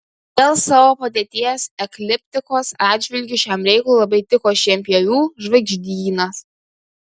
dėl savo padėties ekliptikos atžvilgiu šiam reikalui labai tiko šienpjovių žvaigždynas